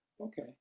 Okay